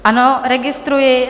Ano, registruji.